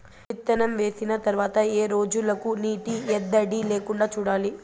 విత్తనం వేసిన తర్వాత ఏ రోజులకు నీటి ఎద్దడి లేకుండా చూడాలి?